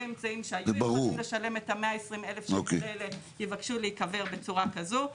אמצעים שהיו יכולים לשלם את ה-120,000 שקלים האלו יבקשו להיקבר בצורה כזו.